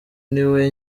niwe